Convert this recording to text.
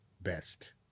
best